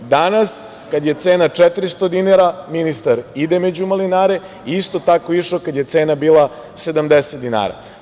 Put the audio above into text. Danas, kada je cena 400 dinara, ministar ide među malinare i isto tako je išao kada je cena bila 70 dinara.